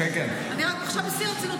אני אומרת עכשיו בשיא הרצינות,